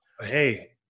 Hey